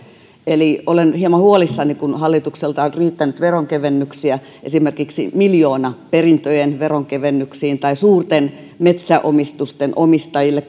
eli olen hieman huolissani kun hallitukselta on riittänyt veronkevennyksiä esimerkiksi miljoonaperintöjen veronkevennyksiin tai suurten metsäomistusten omistajille